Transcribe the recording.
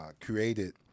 created